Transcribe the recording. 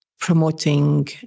promoting